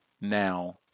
Now